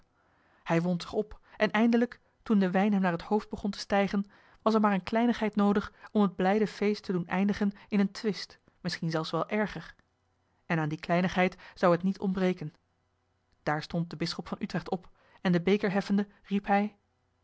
hij wond zich op en eindelijk toen de wijn hem naar het hoofd begon te stijgen was er maar eene kleinigheid noodig om het blijde feest te doen eindigen in een twist misschien zelfs wel erger en aan die kleinigheid zou het niet ontbreken daar stond de bisschop van utrecht op en den beker heffende riep hij